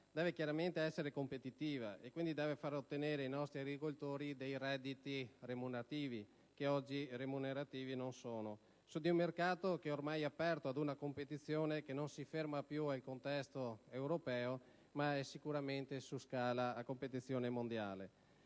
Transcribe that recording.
debba chiaramente essere competitiva, e quindi debba far ottenere ai nostri agricoltori dei redditi remunerativi, che oggi non sono tali, in un mercato ormai aperto ad una competizione che non si ferma più al contesto europeo, ma è sicuramente su scala mondiale.